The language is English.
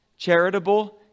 Charitable